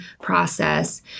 process